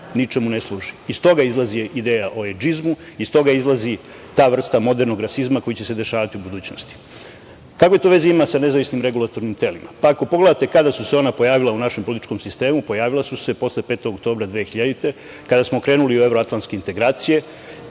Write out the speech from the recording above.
ničemu ne služi. Iz toga izlazi ideja o ejdžizmu. Iz toga izlazi ta vrsta modernog rasizma koji će se dešavati u budućnosti. Kakve to veze ima sa nezavisnim regulatornim telima? Pa, ako pogledate kada su se ona pojavila u našem političkom sistemu, pojavila su se posle 5. oktobra 2000. godine, kada smo krenuli u evroatlanske integracije.